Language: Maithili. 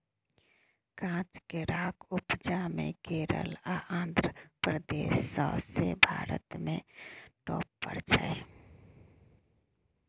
काँच केराक उपजा मे केरल आ आंध्र प्रदेश सौंसे भारत मे टाँप पर छै